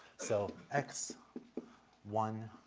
so x one